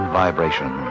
vibration